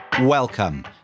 Welcome